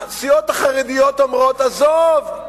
הסיעות החרדיות אומרות: עזוב,